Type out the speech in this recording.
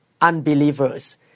unbelievers